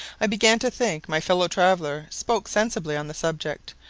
i began to think my fellow-traveller spoke sensibly on the subject,